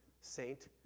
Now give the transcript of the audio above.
saint